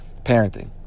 parenting